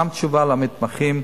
גם תשובה למתמחים.